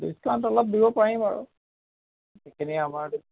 discount অলপ দিব পাৰিম আৰু আমাৰ